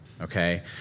Okay